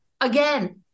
again